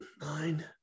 nine